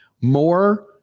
more